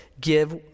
give